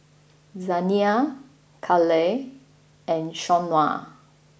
Zaniyah Kale and Shawnna